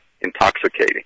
intoxicating